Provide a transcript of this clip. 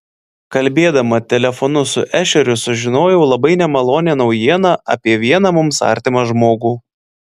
kalbėdama telefonu su ešeriu sužinojau labai nemalonią naujieną apie vieną mums artimą žmogų